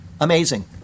Amazing